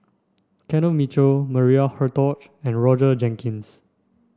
Kenneth Mitchell Maria Hertogh and Roger Jenkins